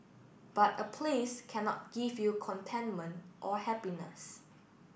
but a place cannot give you contentment or happiness